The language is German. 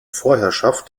vorherrschaft